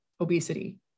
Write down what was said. obesity